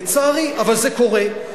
לצערי, אבל זה קורה.